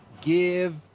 give